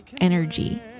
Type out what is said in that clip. energy